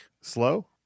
slow